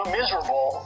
miserable